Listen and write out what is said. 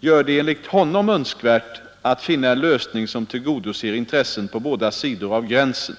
gör det enligt honom önskvärt att finna en lösning som tillgodoser intressen på båda sidor av gränsen.